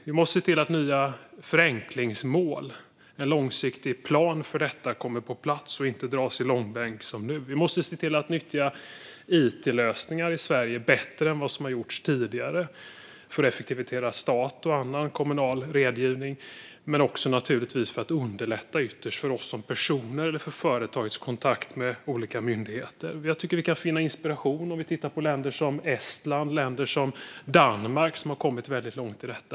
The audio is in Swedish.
Vi måste se till att nya förenklingsmål och en långsiktig plan för detta kommer på plats och inte dras i långbänk som nu. Vi måste se till att nyttja it-lösningar i Sverige bättre än vad som har gjorts tidigare, för att effektivisera statlig och annan kommunal regelgivning och naturligtvis för att ytterst underlätta för oss som personer och för företags kontakt med olika myndigheter. Jag tycker att vi kan finna inspiration om vi tittar på länder som Estland och Danmark som har kommit väldigt långt i detta.